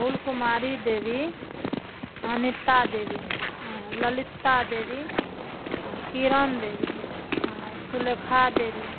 फूल कुमारी देवी अनीता देवी ललिता देवी आ किरण देवी आ सुलेखा देवी